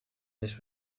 this